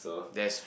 yes